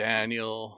Daniel